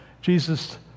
Jesus